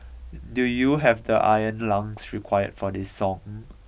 do you have the iron lungs required for this song